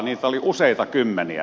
niitä oli useita kymmeniä